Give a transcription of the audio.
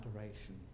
adoration